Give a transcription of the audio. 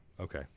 Okay